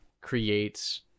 creates